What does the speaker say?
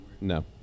No